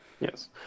Yes